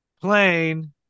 plane